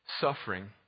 suffering